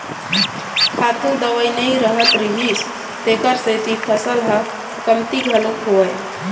खातू दवई नइ रहत रिहिस तेखर सेती फसल ह कमती घलोक होवय